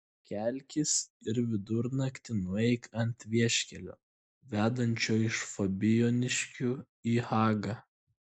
kelkis ir vidurnaktį nueik ant vieškelio vedančio iš fabijoniškių į hagą